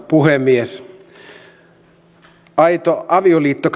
puhemies aito avioliitto